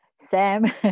Sam